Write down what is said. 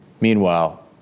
Meanwhile